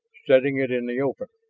setting it in the open.